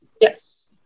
Yes